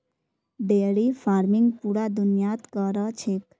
dairy farming पूरा दुनियात क र छेक